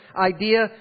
idea